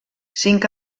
cinc